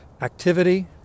activity